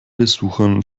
besuchern